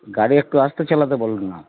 গাড়ি একটু আসতে চালতে বলুন না